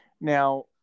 Now